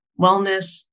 wellness